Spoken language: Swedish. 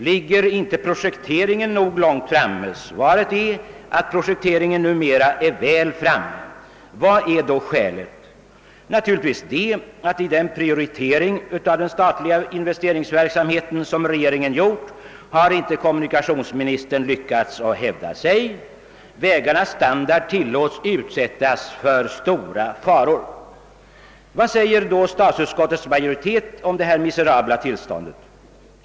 Ligger inte projekteringen nog långt framme? Svaret är att projekteringen numera är väl framme. Vad är då skälet? Naturligtvis att kommunikationsministern i den prioritering av den statliga investeringsverksamheten som regeringen gjort inte har lyckats hävda sig. Man tillåter att vägarnas standard utsätts för stora faror. Vad säger då statsutskottets majoritet om detta miserabla tillstånd?